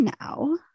now